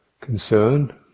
concern